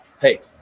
Hey